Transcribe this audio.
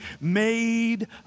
made